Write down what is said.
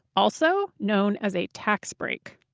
also known as a tax break.